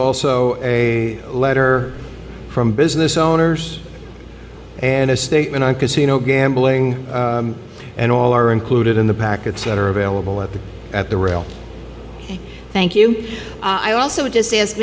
also a letter from business owners and a statement on casino gambling and all are included in the packets that are available at the at the rail thank you i also just